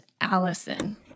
Allison